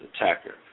attacker